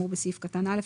כאמור בסעיף קטן א,